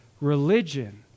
religion